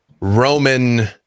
Roman